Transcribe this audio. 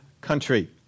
country